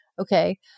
Okay